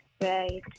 Right